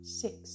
six